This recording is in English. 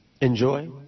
Enjoy